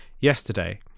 yesterday